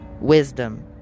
wisdom